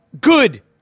Good